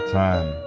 time